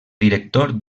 director